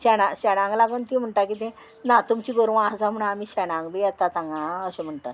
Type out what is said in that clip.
शेणा शेणाक लागून ती म्हणटा कितें ना तुमची गोरवां आसा म्हण आमी शेणांक बी येता हांगा आं अशें म्हणटात